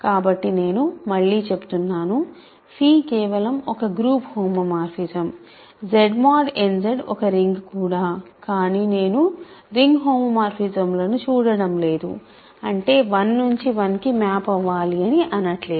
కాబట్టి నేను మళ్ళీ చెప్తున్నాను కేవలం ఒక group homomorphism Z mod n Z ఒక రింగ్ కూడా కానీ నేను రింగ్ హోమోమార్ఫిజమ్లను చూడటం లేదు అంటే 1 నుంచి 1 కి మ్యాప్ అవ్వాలి అని అనట్లేదు